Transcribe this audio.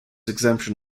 exemption